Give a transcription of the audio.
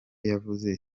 yavuze